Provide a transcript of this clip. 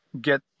get